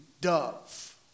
dove